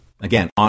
again